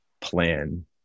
plan